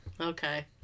okay